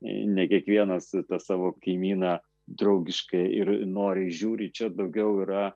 ne kiekvienas savo kaimyną draugiškai ir noriai žiūri čia daugiau yra